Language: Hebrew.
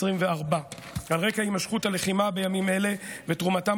2024. על רקע הימשכות הלחימה בימים אלה ותרומתם